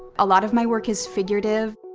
a lot of my work is figurative.